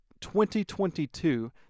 2022